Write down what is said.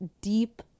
deep